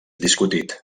discutit